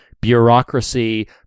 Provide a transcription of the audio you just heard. bureaucracy